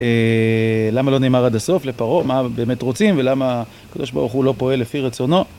למה לא נאמר עד הסוף לפרעה? מה באמת רוצים? ולמה הקדוש ברוך הוא לא פועל לפי רצונו?